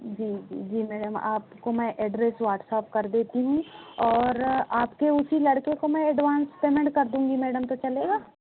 जी जी जी मैडम आपको मैं एड्रेस व्हाट्सएप कर देती हूँ और आपके उसी लड़के को मैं एडवांस पेमेंट कर दूँगी मैडम तो चलेगा